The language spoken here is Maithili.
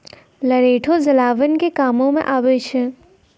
लरैठो जलावन के कामो मे आबै छै